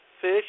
fish